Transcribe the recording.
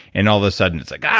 and all of a sudden, it's like, ah,